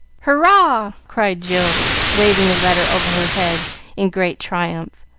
hurrah! cried jill, waving the letter over her head in great triumph.